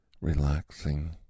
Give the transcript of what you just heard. relaxing